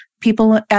People